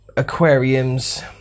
aquariums